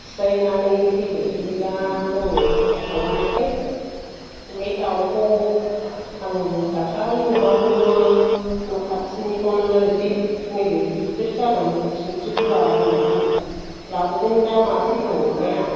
ख्रिस्रायनानै थैबाय ओमफाय दा दङ खासि खालामाखै ओमफाय दाउखौ आं दाखालै अमाखौबो न' खाथिनिखौनो एसे नैबे गिदिर जागोन स्निनस्रि गुवार होन्नानै लाबोदों दा मासे दं अमाया